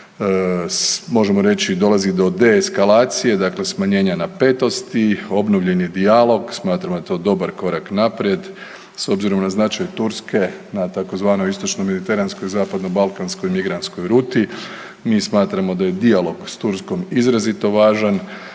možemo reći dolazi do de eskalacije dakle smanjenja napetosti, obnovljen je dijalog, smatramo da je to dobar korak naprijed s obzirom na značaj Turske na tzv. istočno-mediteranskoj i zapadno-balkanskoj migrantskoj ruti. Mi smatramo da je dijalog s Turskom izrazito važan.